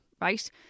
Right